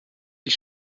die